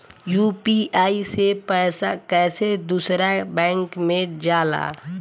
UPI से पैसा कैसे दूसरा बैंक मे जाला?